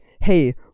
hey